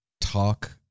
talk